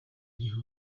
iriho